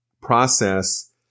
process